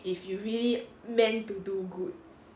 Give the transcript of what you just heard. if you really meant to do good